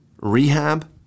rehab